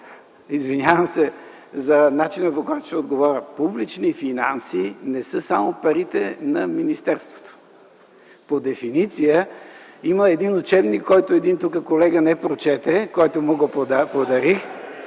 извинявам се за начина, по който ще отговоря. Публични финанси не са само парите на министерството. По дефиниция има един учебник, който един колега тук не прочете, на когото го подарих.